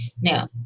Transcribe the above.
now